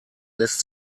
lässt